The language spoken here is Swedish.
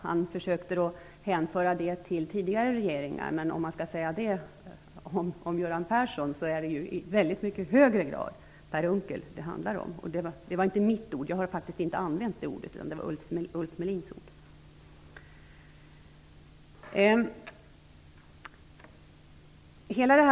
Han försökte hänföra det till tidigare regeringar. Men om man skall säga det om Göran Persson, handlar det i mycket högre grad om Per Unckel. Det var inte mitt ord. Jag har faktiskt inte använt det ordet. Det var Ulf Melins ord.